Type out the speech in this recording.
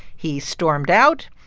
he stormed out.